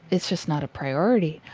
it's just not a priority.